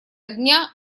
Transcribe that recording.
огня